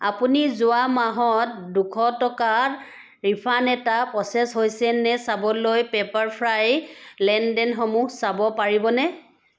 আপুনি যোৱা মাহত দুশ টকাৰ ৰিফাণ্ড এটা প্ৰ'চেছ হৈছে নে চাবলৈ পেপাৰফ্ৰাই লেনদেনসমূহ চাব পাৰিবনে